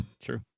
true